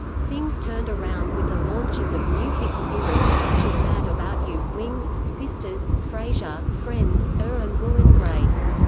things turned around with the launches of new hit series such as mad about you, wings, sisters, frasier, friends, er and will and grace.